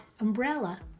umbrella